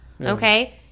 Okay